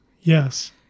Yes